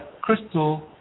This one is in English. crystal